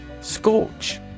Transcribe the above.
Scorch